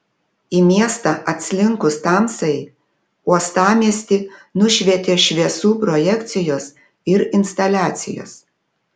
į miestą atslinkus tamsai uostamiestį nušvietė šviesų projekcijos ir instaliacijos